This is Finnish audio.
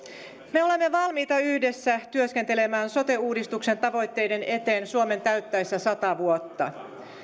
me olemme valmiita yhdessä työskentelemään sote uudistuksen tavoitteiden eteen suomen täyttäessä sata vuotta